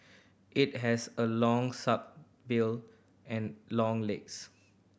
it has a long bill and long legs